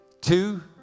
two